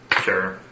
Sure